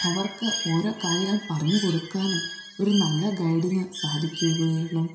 അവർക്ക് ഓരോ കാര്യങ്ങൾ പറഞ്ഞു കൊടുക്കാനും ഒരു നല്ല ഗൈഡിന് സാധിക്കുകയുള്ളൂ